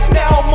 now